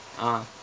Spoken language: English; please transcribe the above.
ah